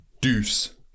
deuce